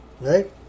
right